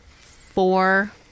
four